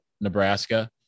Nebraska